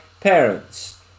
Parents